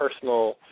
personal